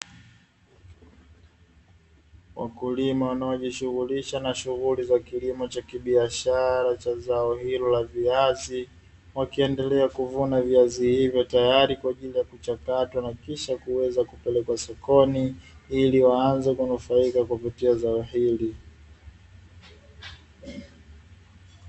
Wakulima wanaojihusisha na shughuli za kilimo cha kibiashara cha zao hilo la viazi, wakiendelea kuvuna viazi hivyo tayari kwa kuchakatwa na kisha kuweza kupelekwa sokoni, ili waanze kunufaika kupitia zao hili.